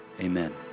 amen